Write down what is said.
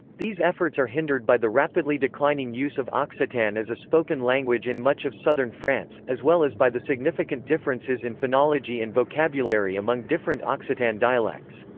these efforts are hindered by the rapidly declining use of occitan as a spoken language in much of southern france, as well as by the significant differences in phonology and vocabulary among different occitan dialects.